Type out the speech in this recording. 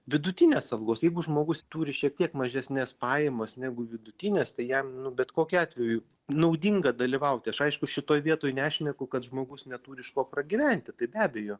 vidutinės algos jeigu žmogus turi šiek tiek mažesnes pajamas negu vidutinės tai jam nu bet kokiu atveju naudinga dalyvauti aš aišku šitoj vietoj nešneku kad žmogus neturi iš ko pragyventi tai be abejo